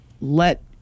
let